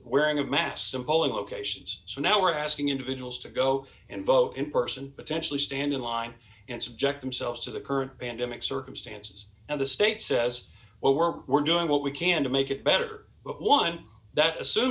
wearing of maxim polling locations so now we're asking individuals to go and vote in person potentially stand in line and subject themselves to the current pandemic circumstances and the state says well we're we're doing what we can to make it better but one that as